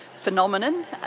phenomenon